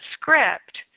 script